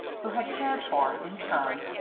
who had cared for, in turn,